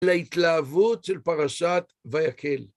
להתלהבות של פרשת ויקל.